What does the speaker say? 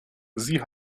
sie